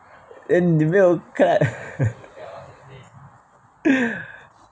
eh 你没有 clap